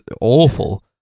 awful